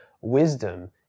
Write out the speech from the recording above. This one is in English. wisdom